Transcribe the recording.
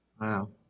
Wow